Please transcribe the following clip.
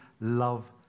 love